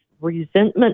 resentment